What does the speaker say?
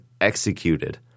executed